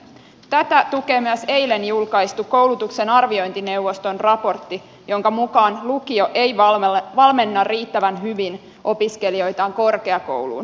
tätä tukee myös eilen julkaistu koulutuksen arviointineuvoston raportti jonka mukaan lukio ei valmenna riittävän hyvin opiskelijoitaan korkeakouluun